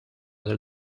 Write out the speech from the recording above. del